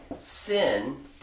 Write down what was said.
sin